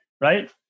Right